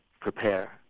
prepare